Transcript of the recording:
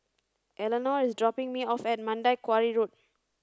Elenor is dropping me off at Mandai Quarry Road